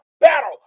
battle